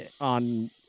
on